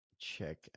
check